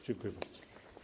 Dziękuję bardzo.